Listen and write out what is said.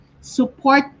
support